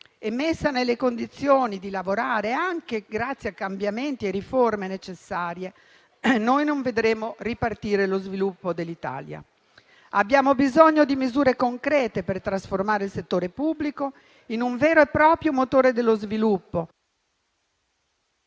e messa nelle condizioni di lavorare, anche grazie a cambiamenti e riforme necessarie, noi non vedremo ripartire lo sviluppo dell'Italia. Abbiamo bisogno di misure concrete per trasformare il settore pubblico in un vero e proprio motore dello sviluppo.